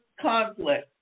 conflict